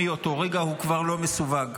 מאותו רגע הוא כבר לא מסווג.